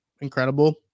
incredible